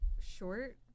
short